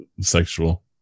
sexual